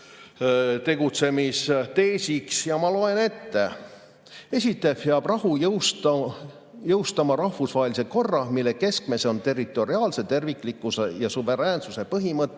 tegutsemisteesiks, ja ma loen ette: "Esiteks peab rahu jõustama rahvusvahelise korra, mille keskmes on territoriaalse terviklikkuse ja suveräänsuse põhimõtted;